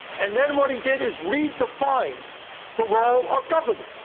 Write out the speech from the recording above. and then what he did is redefine the role of government.